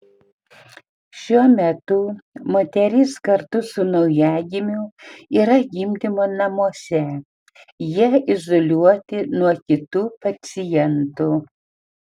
šiuo metu moteris kartu su naujagimiu yra gimdymo namuose jie izoliuoti nuo kitų pacientų